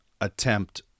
attempt